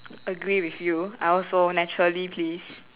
agree with you I also naturally please